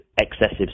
excessive